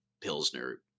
Pilsner